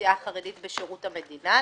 האוכלוסייה החרדית בשירות המדינה.